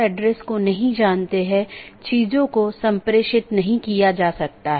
autonomous system संगठन द्वारा नियंत्रित एक इंटरनेटवर्क होता है